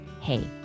hey